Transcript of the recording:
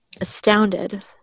astounded